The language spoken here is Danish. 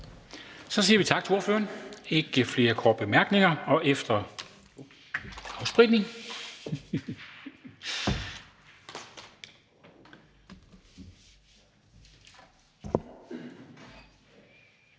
Så siger vi tak til ordføreren. Der er ikke flere korte bemærkninger. Efter afspritning